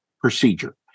procedure